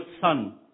son